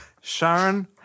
Sharon